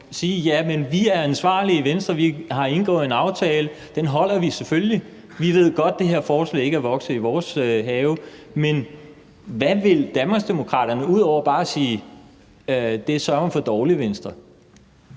sige, at vi er ansvarlige i Venstre. Vi har indgået en aftale, og den holder vi selvfølgelig. Vi ved godt, at det her forslag ikke er vokset i vores have. Men hvad vil Danmarksdemokraterne ud over bare at sige: Det er sørme for dårligt, Venstre?